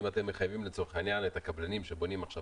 האם אתם מחייבים את הקבלנים שבונים עכשיו